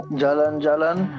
jalan-jalan